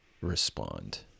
respond